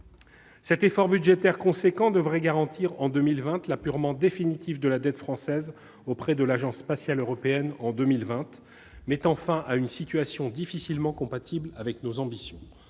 effort budgétaire devrait garantir, en 2020, l'apurement définitif de la dette française auprès de l'Agence spatiale européenne, ce qui mettra fin à une situation difficilement compatible avec nos ambitions.